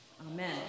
Amen